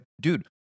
dude